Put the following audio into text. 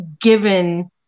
given